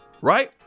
right